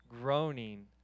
groaning